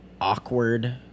awkward